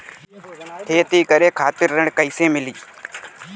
खेती करे खातिर ऋण कइसे मिली?